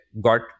got